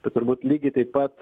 tai turbūt lygiai taip pat